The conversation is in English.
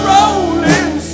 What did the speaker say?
Rolling